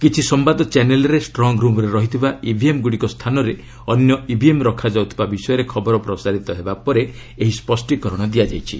କିଛି ସମ୍ବାଦ channel strong ରୁମ୍ରେ ରହିଥିବା ଇଭିଏମ୍ଗୁଡ଼ିକ ସ୍ଥାନରେ ଅନ୍ୟ ଇଭିଏମ୍ ରଖାଯାଉଥିବା ବିଷୟରେ ଖବର ପ୍ରସାରିତ ହେବା ପରେ ଏହି ସ୍ୱଷ୍ଟିକରଣ ଦିଆଯାଇଛି